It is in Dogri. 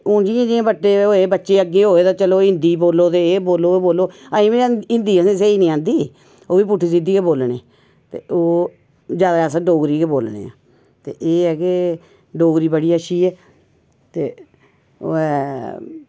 ते हून जियां जियां बड्डे होए बच्चे अग्गैं होए ते चलो हिंदी बोलो एह् बोलो ते ओह् बोलो अजें बी हिंदी असेंगी स्हेई नि आंदी ओह् बी पुट्ठी सिद्धी गै बोलने ते ओह् ज्यादा अस डोगरी गै बोलने आं ते एह् ऐ कि डोगरी बड़ी अच्छी ऐ ते ओह् ऐ